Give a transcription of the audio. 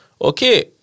Okay